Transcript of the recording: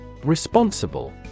Responsible